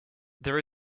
there